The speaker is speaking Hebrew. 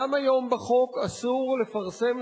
גם היום בחוק אסור לפרסם,